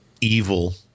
evil